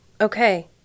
Okay